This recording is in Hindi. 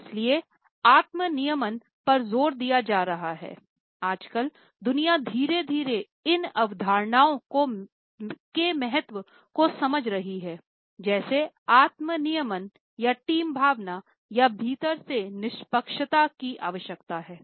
इसलिए आत्म नियमन पर जोर दिया जा रहा हैं आजकल दुनिया धीरे धीरे इन अवधारणाओं के महत्व को समझ रही है जैसे आत्म नियमन या टीम भावना या भीतर से निष्पक्षता की आवश्यकता हैं